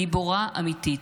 גיבורה אמיתית.